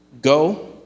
Go